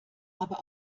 aber